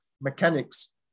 mechanics